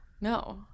No